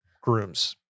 grooms